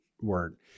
word